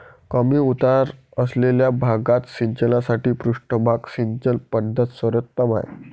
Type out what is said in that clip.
कमी उतार असलेल्या भागात सिंचनासाठी पृष्ठभाग सिंचन पद्धत सर्वोत्तम आहे